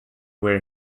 where